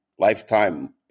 Lifetime